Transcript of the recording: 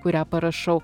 kurią parašau